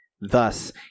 Thus